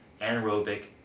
anaerobic